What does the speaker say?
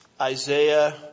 Isaiah